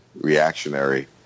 reactionary